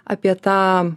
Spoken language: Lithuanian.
apie tą